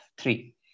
three